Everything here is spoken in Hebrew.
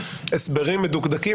הסברים מדוקדקים,